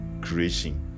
creation